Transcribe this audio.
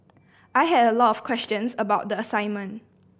I had a lot of questions about the assignment